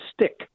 stick